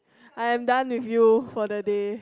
I am done with you for the day